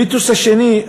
המיתוס השני,